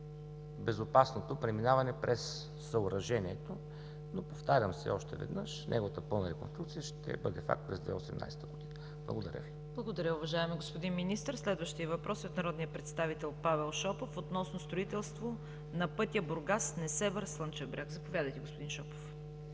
безопасното преминаване през съоръжението. Но повтарям още веднъж – неговата пълна реконструкция ще бъде факт през 2018 г. Благодаря Ви. ПРЕДСЕДАТЕЛ ЦВЕТА КАРАЯНЧЕВА: Благодаря Ви, уважаеми господин Министър. Следващият въпрос е от народния представител Павел Шопов относно строителство на пътя Бургас – Несебър – Слънчев бряг. Заповядайте, господин Шопов.